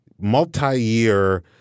multi-year